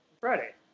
Friday